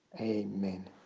amen